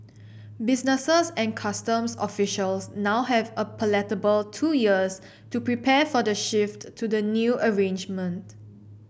businesses and customs officials now have a palatable two years to prepare for the shift to the new arrangement